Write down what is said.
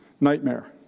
nightmare